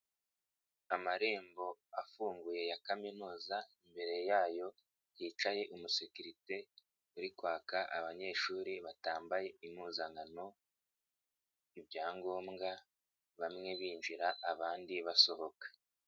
Amarembo afunguye ya kaminuza imbere yayo yicaye umusekirite uri kwaka abanyeshuri batambaye impuzankano ibyangombwa, bamwe binjira abandi basohoka.